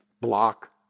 Block